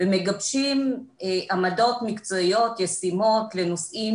ומגבשים עמדות מקצועיות ישימות לנושאים